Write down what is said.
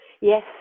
Yes